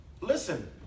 Listen